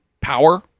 power